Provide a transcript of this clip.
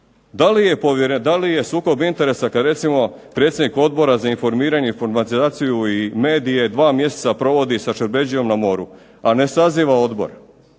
Da li je sukob interesa kad recimo predsjednik Odbora za informiranje, informatizaciju i medije dva mjeseca provodi sa Šerbedžijom na moru, a ne saziva odbor.